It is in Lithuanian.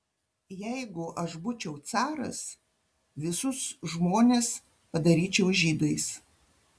jeigu aš būčiau caras visus žmonės padaryčiau žydais